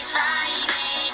Friday